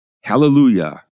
Hallelujah